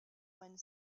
wind